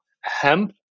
hemp